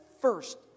first